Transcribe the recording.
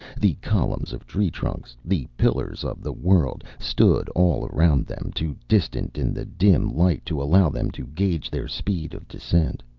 the columns of tree-trunks, the pillars of the world, stood all around them, too distant in the dim light to allow them to gauge their speed of descent.